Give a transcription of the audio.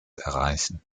erreichen